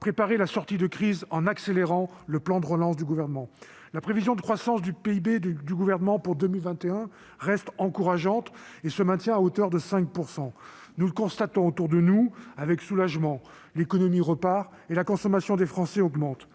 préparer la sortie de crise en accélérant le plan de relance du Gouvernement. La prévision de croissance du PIB du Gouvernement pour 2021 reste encourageante, puisqu'elle se maintient à hauteur de 5 %. Nous le constatons autour de nous avec soulagement : l'économie repart, et la consommation des Français augmente.